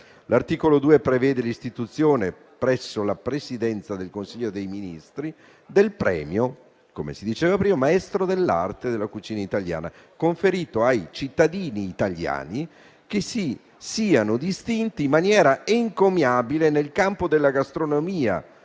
L'articolo 2 prevede l'istituzione presso la Presidenza del Consiglio dei ministri del premio «Maestro dell'arte della cucina italiana», conferito ai cittadini italiani che si siano distinti in maniera encomiabile nel campo della gastronomia